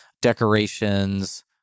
Decorations